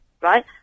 Right